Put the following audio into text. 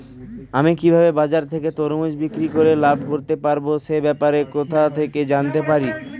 আমি কিভাবে বাজার থেকে তরমুজ বিক্রি করে লাভ করতে পারব সে ব্যাপারে কোথা থেকে জানতে পারি?